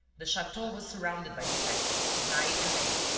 the chateau was surrounded by detectives night and day.